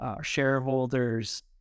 shareholders